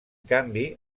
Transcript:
canvi